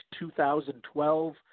2012